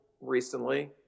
recently